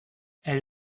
elle